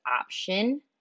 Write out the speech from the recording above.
option